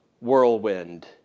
whirlwind